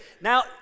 Now